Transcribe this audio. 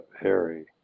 harry